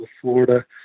Florida